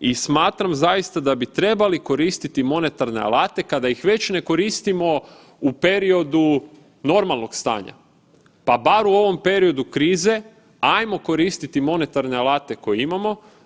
i smatram zaista da bi trebali koristiti monetarne alate kada ih već ne koristimo u periodu normalnog stanja, pa bar u ovom periodu krize ajmo koristiti monetarne alate koje imamo.